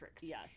Yes